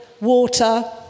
water